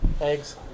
Eggs